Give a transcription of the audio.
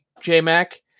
J-Mac